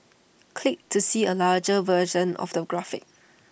click to see A larger version of the graphic